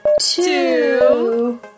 two